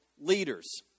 leaders